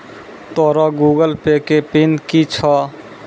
तोरो Google Pay के PIN कि छौं?